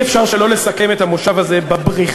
אי-אפשר שלא לסכם את המושב הזה בבריחה,